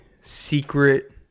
secret